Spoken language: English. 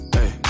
Hey